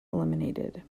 eliminated